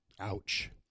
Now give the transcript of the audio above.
Ouch